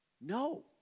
No